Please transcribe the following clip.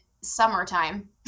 summertime